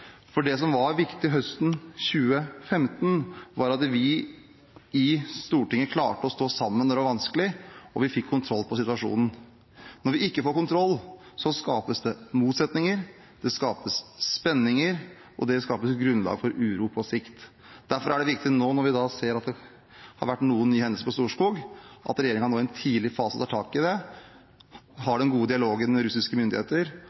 Storskog. Det som var viktig høsten 2015, var at vi i Stortinget klarte å stå sammen da det var vanskelig. Vi fikk kontroll over situasjonen. Når vi ikke får kontroll, skapes det motsetninger, det skapes spenninger – og det skaper grunnlag for uro på sikt. Derfor er det viktig – når vi nå ser at det har vært noen nye hendelser på Storskog – at regjeringen i en tidlig fase tar tak i det, har den gode dialogen med russiske myndigheter